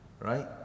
right